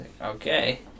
Okay